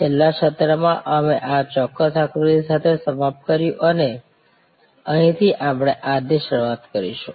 છેલ્લા સત્રમાં અમે આ ચોક્કસ આકૃતિ સાથે સમાપ્ત કર્યું અને અહીંથી આપણે આજની શરૂઆત કરીશું